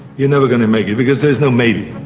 you're never going to make it because there's no maybe.